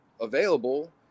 available